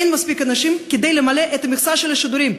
אין מספיק אנשים כדי למלא את המכסה של השידורים,